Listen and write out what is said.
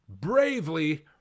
bravely